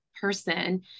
person